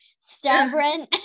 stubborn